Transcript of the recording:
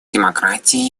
демократии